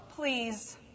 Please